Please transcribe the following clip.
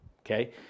Okay